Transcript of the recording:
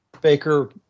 Baker